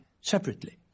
separately